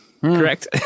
Correct